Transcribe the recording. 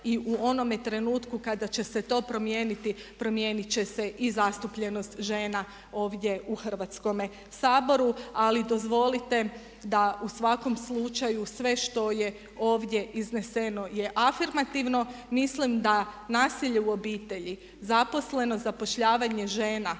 i u onome trenutku kada će se to promijeniti, promijeniti će se i zastupljenost žena ovdje u Hrvatskome saboru ali dozvolite da u svakom slučaju sve što je ovdje izneseno je afirmativno. Mislim da nasilje u obitelji, zaposlenost, zapošljavanje žena,